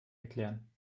erklären